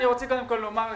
אני רוצה לומר לך,